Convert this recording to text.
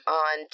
on